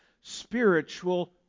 spiritual